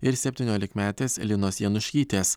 ir septyniolikmetės linos janušytės